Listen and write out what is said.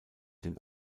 den